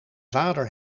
vader